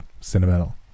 sentimental